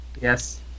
Yes